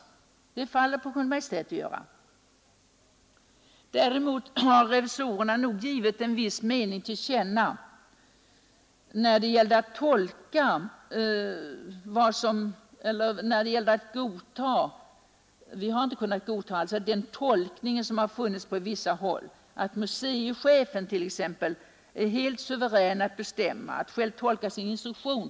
Det faller på Kungl. Maj:t att göra detta. Däremot har revisorerna givit till känna, att de icke kunnat godta den hållning som har funnits på något håll, nämligen att museichefen skulle vara helt suverän att bestämma och att han själv skall tolka sin instruktion.